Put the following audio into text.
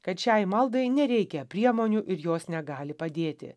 kad šiai maldai nereikia priemonių ir jos negali padėti